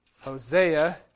Hosea